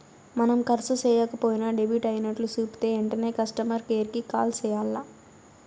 మనం కర్సు సేయక పోయినా డెబిట్ అయినట్లు సూపితే ఎంటనే కస్టమర్ కేర్ కి కాల్ సెయ్యాల్ల